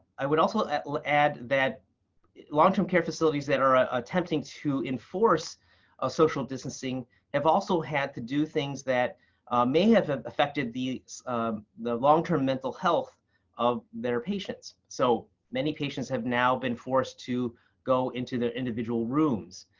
i would also add add that long-term care facilities that are attempting to enforce ah social distancing have also had to do things that may have ah affected the the long-term mental health of their patients. so many patients have now been forced to go into individual rooms.